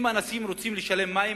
אם אנשים רוצים לשלם על מים,